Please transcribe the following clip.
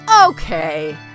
okay